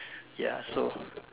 ya so